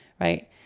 Right